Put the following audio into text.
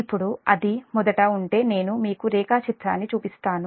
ఇప్పుడు అది మొదట ఉంటే నేను మీకు రేఖాచిత్రాన్ని చూపిస్తాను